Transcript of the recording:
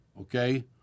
okay